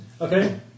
Okay